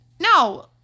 No